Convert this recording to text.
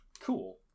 Cool